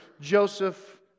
Joseph